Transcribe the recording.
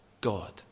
God